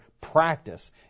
practice